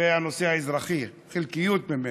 זה הנושא האזרחי, חלק ממנו,